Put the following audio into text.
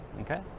okay